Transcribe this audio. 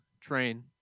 train